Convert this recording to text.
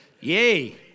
Yay